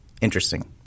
Interesting